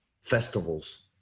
festivals